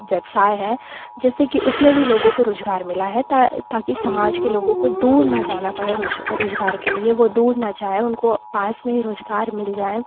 व्यवसाय है जैसे कि उसमें भी लोगों को रोज़गार मिला है ता ताकि समाज के लोगों को दूर ना जाना पड़े रोज रोज़गार के लिए वह दूर ना जाए उनको पास में रोज़गार मिल जाए